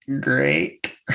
great